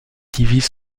divise